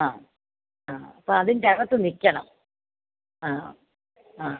ആ ആ അപ്പോൾ അതിൻ്റെ അകത്ത് നിൽക്കണം ആ ആ